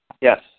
Yes